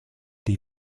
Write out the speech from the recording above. des